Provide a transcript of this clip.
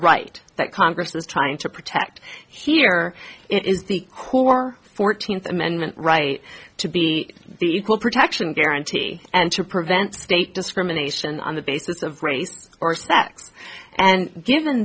right that congress is trying to protect here it is the core fourteenth amendment right to be the equal protection guarantee and to prevent state discrimination on the basis of race or sex and given